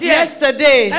yesterday